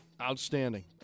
Outstanding